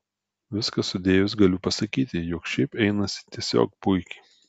viską sudėjus galiu pasakyti jog šiaip einasi tiesiog puikiai